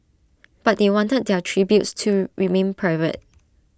but they wanted their tributes to remain private